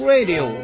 Radio